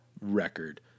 record